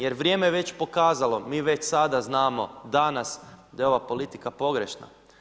Jer vrijeme je već pokazalo, mi već sada znamo, danas, da je ova politika pogrešna.